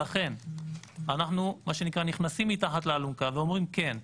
לכן אנחנו נכנסים מתחת לאלונקה ואומרים: כן,